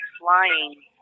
flying